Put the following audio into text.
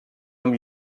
amb